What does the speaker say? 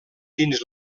dins